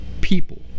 people